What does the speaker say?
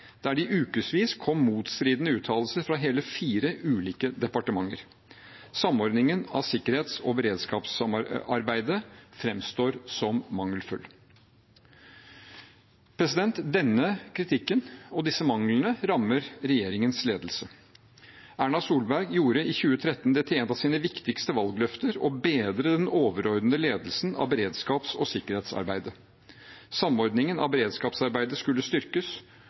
der det i ukesvis kom motstridende uttalelser fra hele fire ulike departementer. Samordningen av sikkerhets- og beredskapsarbeidet framstår som mangelfull. Denne kritikken og disse manglene rammer regjeringens ledelse. Erna Solberg gjorde i 2013 det å bedre den overordnede ledelsen av beredskaps- og sikkerhetsarbeidet til et av sine viktigste valgløfter. Samordningen av beredskapsarbeidet skulle styrkes,